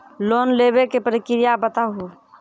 Loan लेवे के प्रक्रिया बताहू?